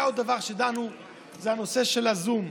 דבר נוסף שדנו בו הוא נושא הזום.